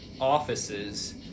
offices